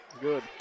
good